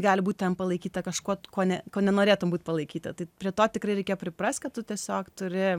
gali būt ten palaikyta kažkuo kone ko nenorėtum būt palaikyta tai prie to tikrai reikia priprast kad tu tiesiog turi